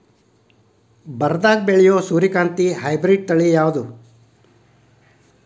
ಬರದಾಗ ಬೆಳೆಯೋ ಸೂರ್ಯಕಾಂತಿ ಹೈಬ್ರಿಡ್ ತಳಿ ಯಾವುದು?